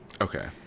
Okay